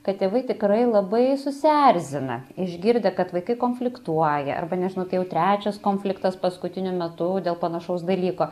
kad tėvai tikrai labai susierzina išgirdę kad vaikai konfliktuoja arba nežinau tai jau trečias konfliktas paskutiniu metu dėl panašaus dalyko